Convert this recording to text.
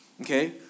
okay